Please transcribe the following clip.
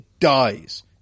dies